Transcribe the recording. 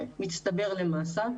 וזה מצטבר למסה.